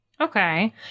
Okay